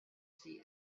see